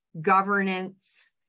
governance